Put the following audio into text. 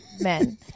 men